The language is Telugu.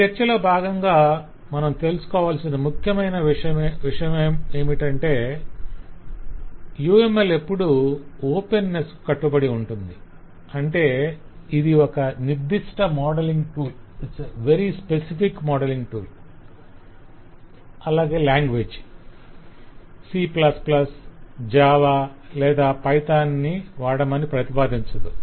ఈ చర్చలో భాగంగా మనం తెలుసుకోవాల్సిన ముఖ్యమైన విషయమేమంటే UML ఎప్పుడూ ఒపెన్నెస్ కు కట్టుబడి ఉంటుంది - అంటే ఇది ఒక నిర్దిష్ట మోడలింగ్ టూల్ లేదా లాంగ్వేజ్ C Java లేదా Python కాని వాడమని ప్రతిపాదించదు